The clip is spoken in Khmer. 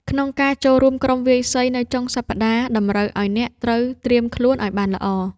ក្នុងការចូលរួមក្រុមវាយសីនៅចុងសប្តាហ៍ តម្រូវឱ្យអ្នកត្រូវត្រៀមខ្លួនឱ្យបានល្អ។